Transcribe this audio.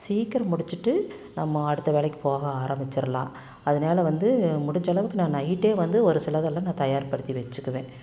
சீக்கிரம் முடிச்சிட்டு நம்ம அடுத்த வேலைக்கு போக ஆரமிச்சிடலாம் அதனால் வந்து முடிஞ்சளவுக்கு நான் நைட்டே வந்து ஒரு சிலதெல்லாம் நான் தயார் படுத்தி வச்சிக்குவேன்